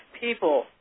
people